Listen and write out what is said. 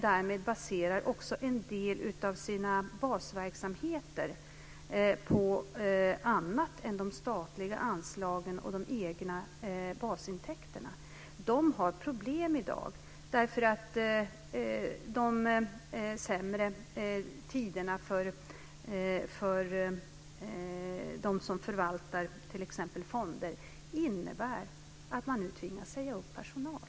Därmed baserar de också en del av sina basverksamheter på annat än de statliga anslagen och de egna basintäkterna. De har problem i dag därför att de sämre tiderna för dem som förvaltar t.ex. fonder innebär att man nu tvingas säga upp personal.